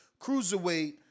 cruiserweight